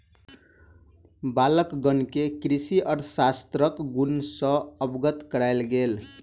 बालकगण के कृषि अर्थशास्त्रक गुण सॅ अवगत करायल गेल